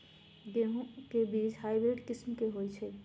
गेंहू के बीज हाइब्रिड किस्म के होई छई?